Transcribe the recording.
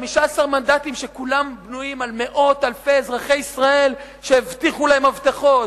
15 מנדטים שכולם בנויים על מאות אלפי אזרחי ישראל שהבטיחו להם הבטחות.